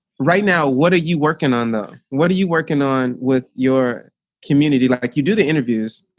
right now what are you working on though? what are you working on with your community? like like you do the interviews?